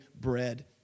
bread